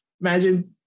Imagine